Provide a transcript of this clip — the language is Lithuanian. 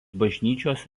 bažnyčios